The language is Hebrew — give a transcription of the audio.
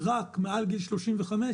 רק מעל גיל 35,